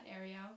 area